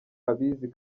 abizi